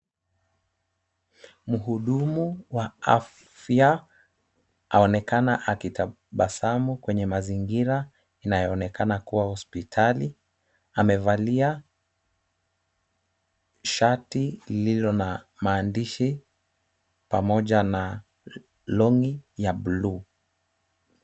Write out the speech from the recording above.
Mhudumu wa afya aonekana akitabasamu kwenye mazingira inayoonekana kuwa hospitali. Amevalia shati lililo na maandishi pamoja na long'i ya bluu.